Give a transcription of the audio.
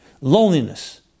loneliness